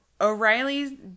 O'Reilly